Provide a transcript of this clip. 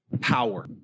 power